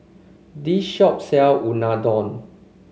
this shop sells Unadon